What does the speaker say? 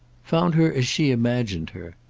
found her as she imagined her.